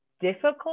difficult